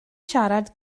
siarad